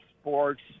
sports